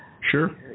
Sure